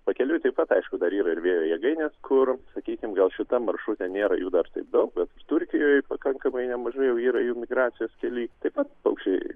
pakeliui taip pat aišku dar yra ir vėjo jėgainės kur sakykim gal šitam maršrute nėra jų dar taip daug bet turkijoj pakankamai nemažai jau yra jų migracijos kely taip pat paukščiai